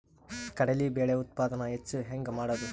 ಕಡಲಿ ಬೇಳೆ ಉತ್ಪಾದನ ಹೆಚ್ಚು ಹೆಂಗ ಮಾಡೊದು?